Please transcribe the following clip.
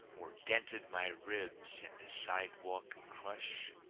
or dented my ribs in the sidewalk crush,